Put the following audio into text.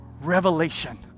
revelation